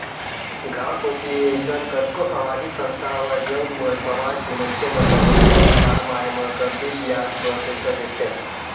गाँव कोती अइसन कतको समाजिक संस्था हवय जउन मन समाज के मनखे मन ल पइसा के काम आय म कमती बियाज म पइसा देथे